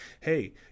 Hey